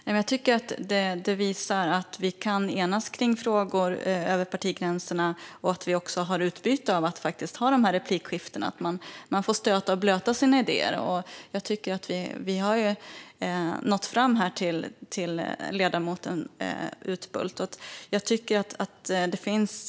Fru talman! Jag tycker att detta visar att vi kan enas kring frågor över partigränserna - och även att vi faktiskt har utbyte av att ha dessa replikskiften där man får stöta och blöta sina idéer. Jag tycker ju att vi har nått fram till ledamoten Utbult.